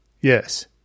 Yes